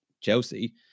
Chelsea